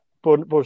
por